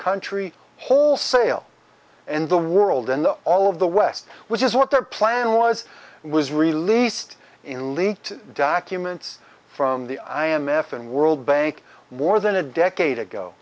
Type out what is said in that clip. country wholesale and the world and the all of the west which is what their plan was was released in leaked documents from the i m f and world bank more than a decade ago